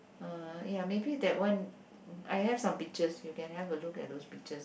uh ya maybe that one I have some pictures you can have a look at those pictures